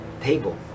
table